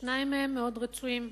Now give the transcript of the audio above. שניים מהם מאוד רצויים,